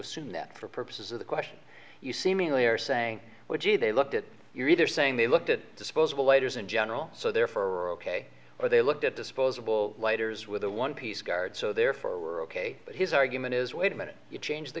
assume that for purposes of the question you seemingly are saying well gee they looked at you're either saying they looked at disposable waiters in general so they're for ok or they looked at disposable lighters with a one piece guard so therefore we're ok his argument is wait a minute you change the